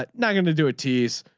but not going to do a tease.